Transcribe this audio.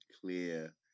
clear